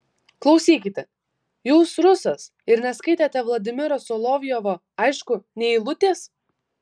klausykite jūs rusas ir neskaitėte vladimiro solovjovo aišku nė eilutės